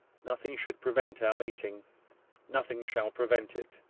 nothing should prevent our meeting nothing shall prevent it.